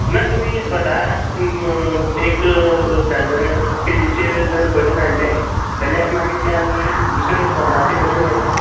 ना तुमी स्वता एक सादारण पेजीचेर जर बरयन हाडलें जाल्यार मागीर तें आमी दुसऱ्या फोर्माचेर बरयन घेता